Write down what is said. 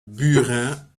burin